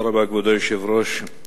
כבוד היושב-ראש,